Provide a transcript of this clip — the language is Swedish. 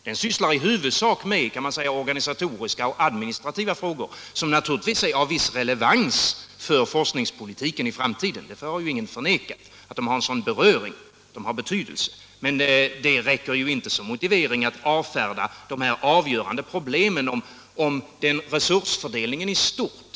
Den sysslar i huvudsak med organisatoriska och administrativa frågor; de är naturligtvis av viss relevans för forskningspolitiken i framtiden, och ingen har förnekat att de har en sådan betydelse - men det räcker inte som motivering för att avfärda de avgörande problemen om resursfördelningen i stort.